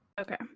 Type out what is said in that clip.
Okay